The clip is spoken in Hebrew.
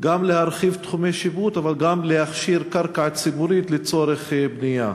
גם להרחיב תחומי שיפוט אבל גם להכשיר קרקע ציבורית לצורך בנייה.